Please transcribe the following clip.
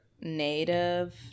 Native